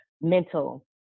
mental